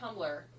Tumblr